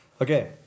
Okay